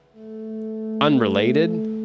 Unrelated